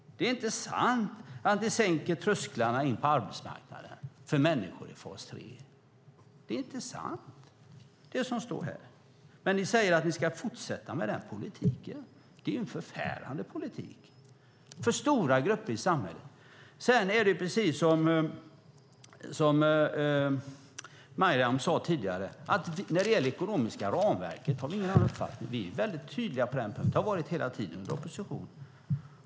Det är inte sant att ni sänker trösklarna in på arbetsmarknaden för människor i fas 3. Det som står här är inte sant. Men ni säger att ni ska fortsätta med den politiken. Det är en förfärande politik för stora grupper i samhället. Sedan är det precis som Maryam sade tidigare. När det gäller det ekonomiska ramverket har vi ingen annan uppfattning. Vi är tydliga på den punkten. Det har vi varit hela tiden i opposition.